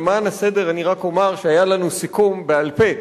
למען הסדר אני רק אומר שהיה לנו סיכום בעל-פה